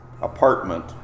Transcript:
apartment